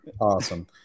awesome